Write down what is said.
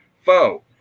foe